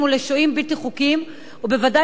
ובידי